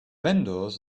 vendors